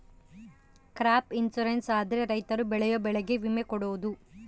crop insurance ಅಂದ್ರೆ ರೈತರು ಬೆಳೆಯೋ ಬೆಳೆಗೆ ವಿಮೆ ಕೊಡೋದು